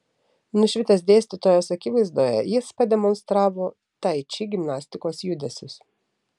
nušvitęs dėstytojos akivaizdoje jis pademonstravo tai či gimnastikos judesius